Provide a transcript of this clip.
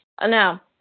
Now